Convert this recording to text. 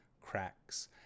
cracks